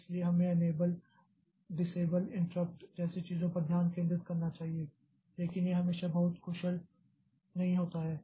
इसलिए हमें enable disable interrupt जैसे चीज़ो पर ध्यान केंद्रित करना चाहिए लेकिन यह हमेशा बहुत कुशल नहीं होता है